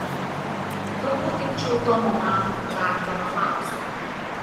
turbūt imčiau tomo mano daktarą faustą